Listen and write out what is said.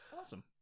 Awesome